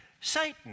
Satan